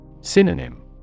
Synonym